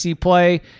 play